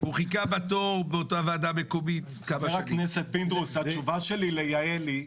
חיכה בתור באותה ועדה מקומית --- התשובה שלי ליעל לינדנברג